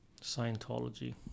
Scientology